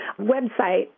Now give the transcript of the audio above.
website